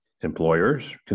Employers